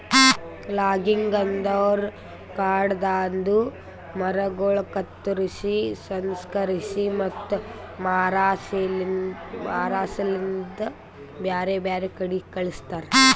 logging ಅಂದುರ್ ಕಾಡದಾಂದು ಮರಗೊಳ್ ಕತ್ತುರ್ಸಿ, ಸಂಸ್ಕರಿಸಿ ಮತ್ತ ಮಾರಾ ಸಲೆಂದ್ ಬ್ಯಾರೆ ಬ್ಯಾರೆ ಕಡಿ ಕಳಸ್ತಾರ